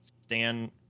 Stan